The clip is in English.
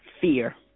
Fear